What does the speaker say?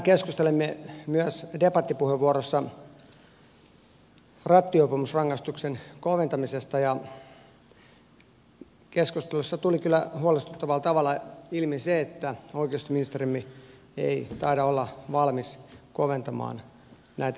tänään keskustelimme myös debattipuheenvuoroissa rattijuopumusrangaistuksen koventamisesta ja keskustelussa tuli kyllä huolestuttavalla tavalla ilmi se että oikeusministerimme ei taida olla valmis koventamaan näitä rangaistuksia